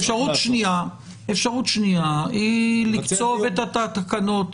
אפשרות שנייה היא לקצוב את התקנות.